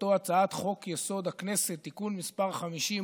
שכותרתו "הצעת חוק-יסוד: הכנסת (תיקון מס' 50,